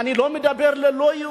אני לא מדבר על לא-יהודים.